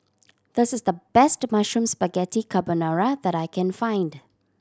this is the best Mushroom Spaghetti Carbonara that I can find